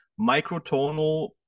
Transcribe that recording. microtonal